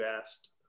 asked